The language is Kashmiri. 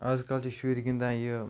اَز کَل چھِ شُرۍ گِنٛدان یہِ